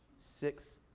six,